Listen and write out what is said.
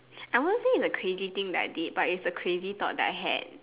I won't say it's a crazy thing that I did but it's a crazy thought that I had